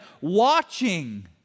watching